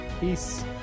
peace